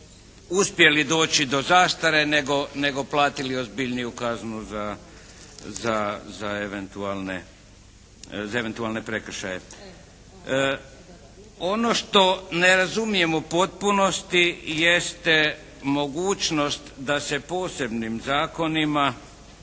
uspjeli doći do zastare nego platili ozbiljniju kaznu za eventualne prekršaje. Ono što ne razumijem u potpunosti jeste mogućnost da se posebnim zakonima